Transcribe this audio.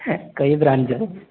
કઈ બ્રાન્ડ